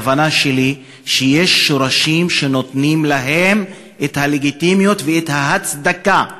הכוונה שלי היא שיש שורשים שנותנים להם את הלגיטימיות ואת ההצדקה.